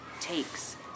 takes